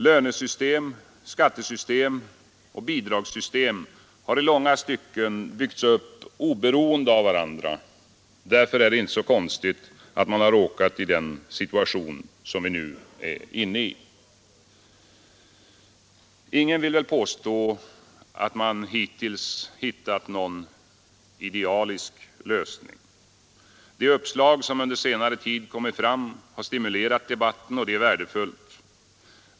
Lönesystemet, skattesystemet och bidragsystemet har i långa stycken byggts upp oberoende av varandra. Därför är det inte så konstigt att man har råkat i den situationen som vi nu är i. Ingen vill väl påstå att man hittills hittat någon idealisk lösning. De uppslag som under senare tid kommit fram har stimulerat debatten, och det är värdefullt.